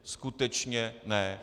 Skutečně ne.